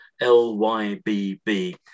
L-Y-B-B